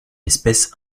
espèce